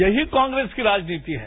यही कांग्रेस की नीति है